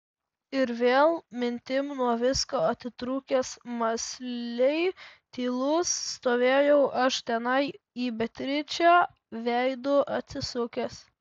ir vėl mintim nuo visko atitrūkęs mąsliai tylus stovėjau aš tenai į beatričę veidu atsisukęs